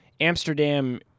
amsterdam